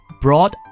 brought